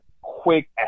quick